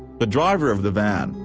the driver of the van,